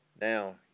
now